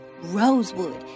Rosewood